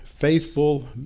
faithful